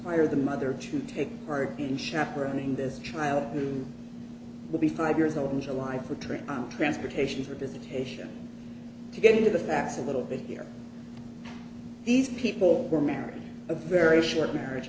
hire the mother to take part in chaperoning this child who will be five years old in july for three transportation for visitation to get to the facts a little bit here these people were married a very short marriage